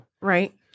Right